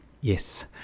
yes